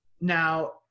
Now